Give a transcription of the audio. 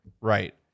Right